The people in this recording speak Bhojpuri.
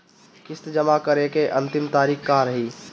किस्त जमा करे के अंतिम तारीख का रही?